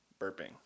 burping